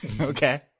Okay